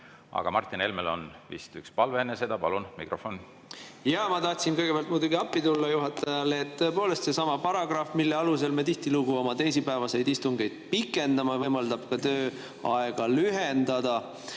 Aga Martin Helmel on vist üks palve enne seda. Palun mikrofon Martin Helmele! Jaa, ma tahtsin kõigepealt muidugi appi tulla juhatajale. Tõepoolest, seesama paragrahv, mille alusel me tihtilugu oma teisipäevaseid istungeid pikendame, võimaldab ka tööaega lühendada.